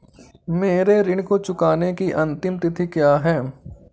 मेरे ऋण को चुकाने की अंतिम तिथि क्या है?